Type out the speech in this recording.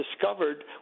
discovered